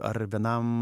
ar vienam